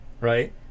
right